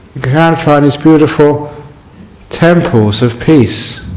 can find these beautiful temples of peace.